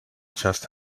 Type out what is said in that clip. just